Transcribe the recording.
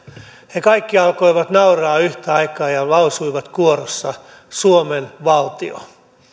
he kaikki alkoivat nauraa yhtä aikaa ja ja lausuivat kuorossa suomen valtio